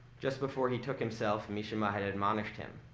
just before he took himself, mishima had admonished him.